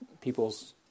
people's